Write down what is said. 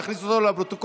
ואכניס אותו לפרוטוקול,